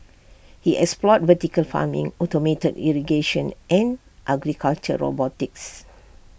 he explored vertical farming automated irrigation and agricultural robotics